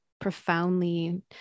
profoundly